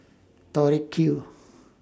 Tori Q